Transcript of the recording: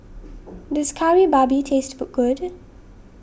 does Kari Babi taste good